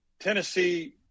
Tennessee